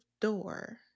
door